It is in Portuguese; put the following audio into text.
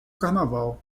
carnaval